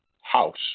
house